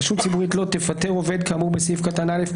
(1) רשות ציבורית לא תפטר עובד כאמור בסעיף קטן (א)